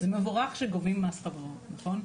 זה מבורך שגובים מס חברות, נכון?